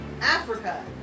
Africa